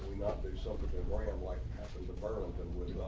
not do something random like patterns of violence and with